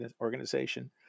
organization